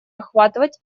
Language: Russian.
охватывать